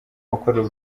ukorera